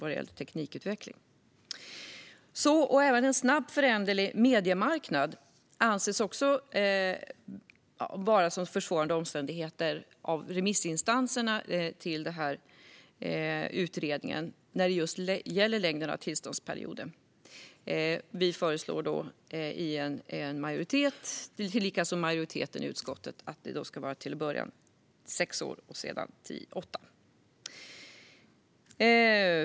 Remissinstanserna i utredningen anser också att en snabbt föränderlig mediemarknad är en försvårande omständighet just när det gäller längden på tillståndsperioderna. Vi och likaså majoriteten i utskottet föreslår att det ska vara sex år till en början och sedan åtta år.